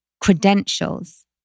credentials